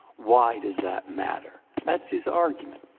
why does that matter that's his argument.